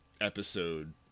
episode